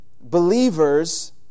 Believers